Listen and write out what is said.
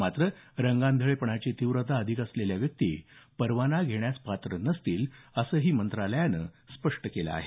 मात्र रंगांधळेपणाची तीव्रता अधिक असलेल्या व्यक्ती परवाना घेण्यास पात्र नसतील असंही मंत्रालयानं स्पष्ट केलं आहे